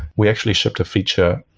we actually shipped a feature